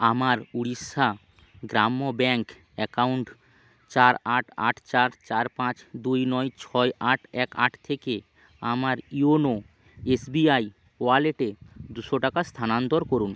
আমার Orissa Gramya bank account চার আট আট চার চার পাঁচ দুই নয় ছয় আট এক আট থেকে আমার ইয়োনো এসবিআই ওয়ালেটে দুশো টাকা স্থানান্তর করুন